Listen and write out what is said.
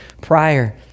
prior